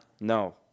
No